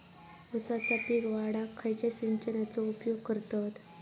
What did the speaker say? ऊसाचा पीक वाढाक खयच्या सिंचनाचो उपयोग करतत?